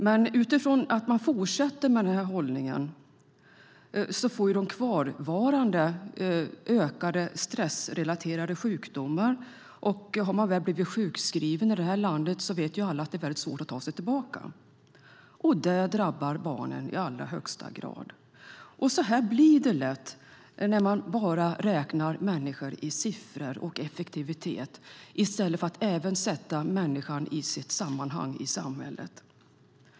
Men eftersom man fortsätter med den här hållningen får de kvarvarande flera stressrelaterade sjukdomar. Och har man väl blivit sjukskriven i det här landet vet ju alla att det är väldigt svårt att ta sig tillbaka, och det drabbar barnen i allra högsta grad. Så här blir det lätt när man bara räknar människor i siffror och effektivitet i stället för att även sätta människan i sitt sammanhang i samhället.